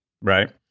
right